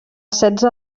setze